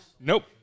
Nope